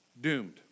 doomed